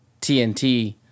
TNT